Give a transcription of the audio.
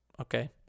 Okay